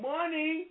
Money